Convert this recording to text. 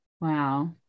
Wow